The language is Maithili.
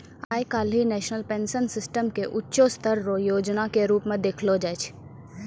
आइ काल्हि नेशनल पेंशन सिस्टम के ऊंचों स्तर रो योजना के रूप मे देखलो जाय छै